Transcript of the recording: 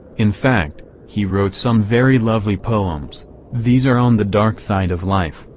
in fact, he wrote some very lovely poems these are on the dark side of life,